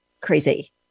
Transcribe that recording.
Crazy